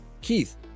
Keith